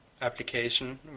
application